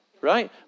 Right